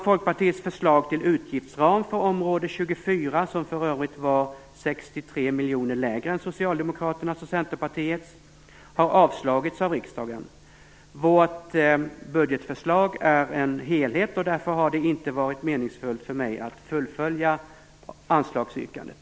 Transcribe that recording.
Folkpartiets förslag till utgiftsram för område 24, som för övrigt var 63 miljoner lägre än Socialdemokraternas och Centerns, har avvisats av riksdagen. Vårt budgetförslag är en helhet, och därför har det inte varit meningsfullt för mig att fullfölja anslagsyrkandet.